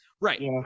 Right